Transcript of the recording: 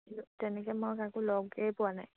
তেনেকে মই কাকো লগেই পোৱা নাই